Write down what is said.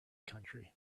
country